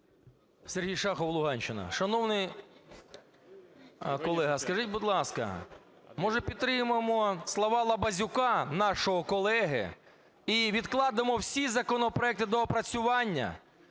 Сергій Шахов, Луганщина. Шановний колего, скажіть, будь ласка, може підтримаємо слова Лабазюка, нашого колеги, і відкладемо всі законопроекти до доопрацювання,